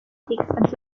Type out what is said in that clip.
politics